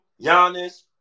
Giannis